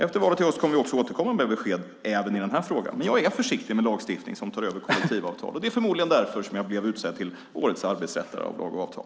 Efter valet i höst kommer vi också att fortsätta med besked även i den här frågan, men jag är försiktig med lagstiftning som tar över kollektivavtal, och det är förmodligen därför som jag blev utsedd till årets arbetsrättare av Lag & Avtal.